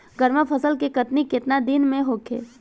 गर्मा फसल के कटनी केतना दिन में होखे?